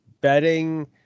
betting